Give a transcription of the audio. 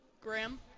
Graham